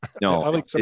No